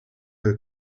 her